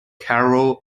carroll